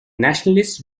nationalists